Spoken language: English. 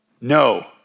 no